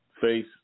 face